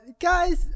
Guys